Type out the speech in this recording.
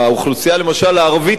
למשל הערבית-נוצרית,